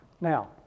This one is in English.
Now